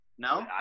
No